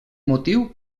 motiu